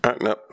No